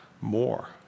More